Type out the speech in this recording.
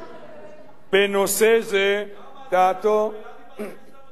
שר הביטחון באותו אופן?